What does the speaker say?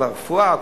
לרפואה,